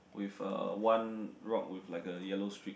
with a one rock with like a yellow strip